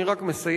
אני רק מסיים,